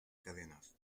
cadenas